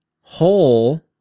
whole